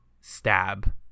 Stab